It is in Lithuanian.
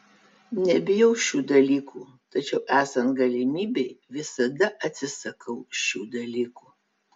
nebijau šių dalykų tačiau esant galimybei visada atsisakau šių dalykų